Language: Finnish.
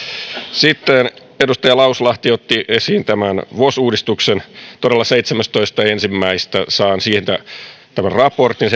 sitten edustaja lauslahti otti esiin vos uudistuksen todella seitsemästoista ensimmäistä saan siitä raportin